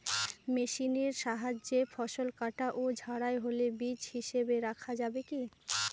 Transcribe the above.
মেশিনের সাহায্যে ফসল কাটা ও ঝাড়াই হলে বীজ হিসাবে রাখা যাবে কি?